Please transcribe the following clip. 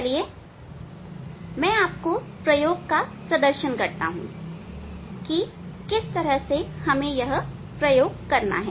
चलिए मैं आपको प्रयोग का प्रदर्शन करता हूं कि प्रयोग किस तरह करना है